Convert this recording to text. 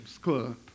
Club